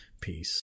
Peace